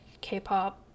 k-pop